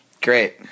Great